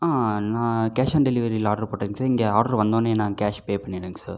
ஆ நான் cash on டெலிவரியில் order போட்டேங்க சார் இங்கே ஆர்டர் வந்தோன்னே நான் கேஸ் பே பண்ணிடுறேங்க சார்